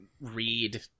read